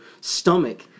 stomach